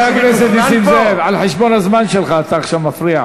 רק בשבילך עכשיו נהיה בשקט.